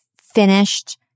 finished